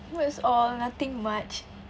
what's all nothing much